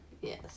yes